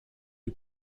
who